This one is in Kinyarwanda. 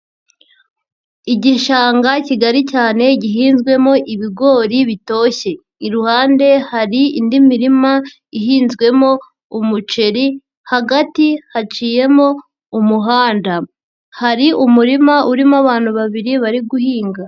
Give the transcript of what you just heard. Igishanga kigari cyane gihinzwemo ibigori bitoshye. Iruhande hari indi mirima ihinzwemo umuceri hagati haciyemo umuhanda. Hari umurima urimo abantu babiri bari guhinga.